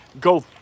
go